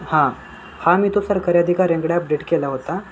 हां हां मी तो सरकारी अधिकाऱ्यांकडे अपडेट केला होता